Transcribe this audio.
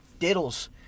diddles